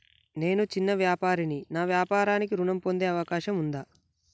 నేను చిన్న వ్యాపారిని నా వ్యాపారానికి ఋణం పొందే అవకాశం ఉందా?